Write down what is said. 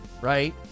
right